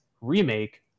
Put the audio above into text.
remake